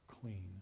clean